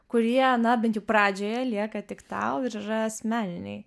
kurie na bent jau pradžioje lieka tik tau ir yra asmeniniai